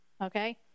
Okay